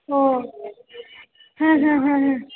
ओ ह ह हा